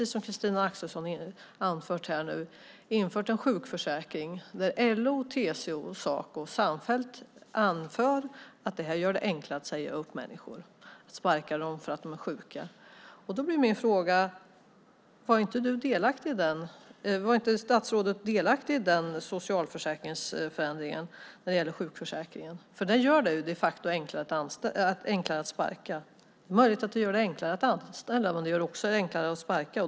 Som Christina Axelsson har anfört har man infört en sjukförsäkring där LO, TCO och Saco samfällt anför att detta gör det enklare att säga upp människor - man kan sparka dem för att de är sjuka. Var inte statsrådet delaktig i den socialförsäkringsändringen när det gäller sjukförsäkringen? Den gör det de facto enklare att sparka. Det är möjligt att den gör det enklare att anställa, men den gör det också enklare att sparka.